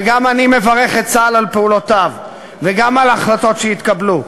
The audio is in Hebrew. וגם אני מברך את צה"ל על פעולותיו וגם על החלטות שהתקבלו.